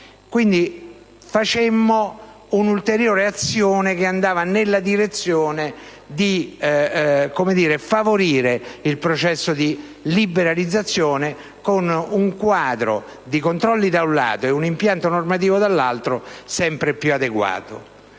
quindi un'ulteriore azione che andava nella direzione di favorire il processo di liberalizzazione con un quadro di controlli, da un lato, e un impianto normativo, dall'altro, sempre più adeguati.